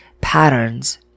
patterns